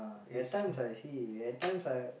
at times I see at times I